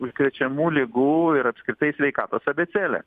užkrečiamų ligų ir apskritai sveikatos abėcėlė